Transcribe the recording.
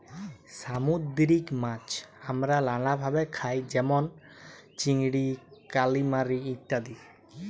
সামুদ্দিরিক মাছ আমরা লালাভাবে খাই যেমল চিংড়ি, কালিমারি ইত্যাদি